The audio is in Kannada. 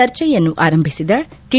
ಚರ್ಚೆಯನ್ನು ಆರಂಭಿಸಿದ ಟಿ